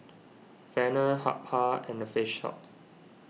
Feather Habhal and the Face Hope